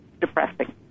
depressing